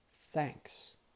thanks